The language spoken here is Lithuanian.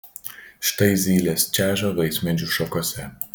štai zylės čeža vaismedžių šakose